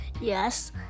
Yes